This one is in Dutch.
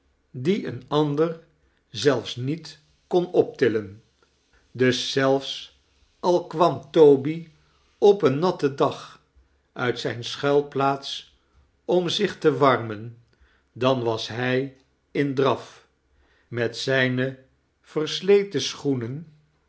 die een ander zelfs niet kon optillen dus zelfs al kwam toby op een natten dag uit zijne schuilplaats om zich te warmen dan was hij in draf met zijne versleten sclioenen